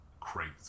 crazy